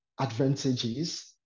advantages